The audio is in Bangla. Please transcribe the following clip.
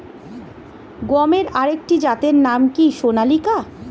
গমের আরেকটি জাতের নাম কি সোনালিকা?